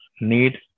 need